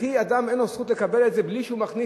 וכי אדם אין לו זכות לקבל את זה בלי שהוא מכניס